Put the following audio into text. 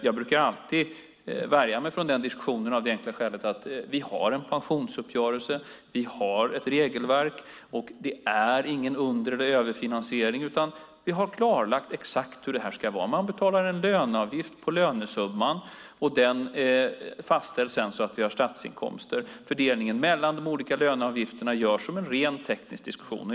Jag brukar alltid värja mig från den diskussionen av det enkla skälet att vi har en pensionsuppgörelse och ett regelverk och att det inte är någon under eller överfinansiering. Vi har klarlagt exakt hur det ska vara. Man betalar en löneavgift på lönesumman, och den fastställs sedan så att vi har statsinkomster. Fördelningen mellan de olika löneavgifterna görs som en rent teknisk diskussion.